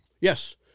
Yes